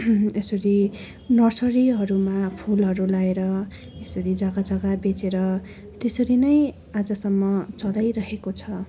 यसरी नर्सरीहरूमा फुलहरू लगाएर यसरी जग्गा जग्गा बेचेर त्यसरी नै आजसम्म चलाइरहेको छ